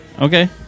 Okay